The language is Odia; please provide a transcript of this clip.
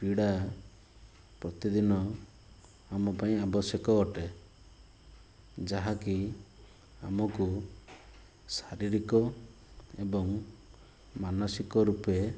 କ୍ରୀଡ଼ା ପ୍ରତିଦିନ ଆମ ପାଇଁ ଆବଶ୍ୟକ ଅଟେ ଯାହାକି ଆମକୁ ଶାରୀରିକ ଏବଂ ମାନସିକ ରୂପେ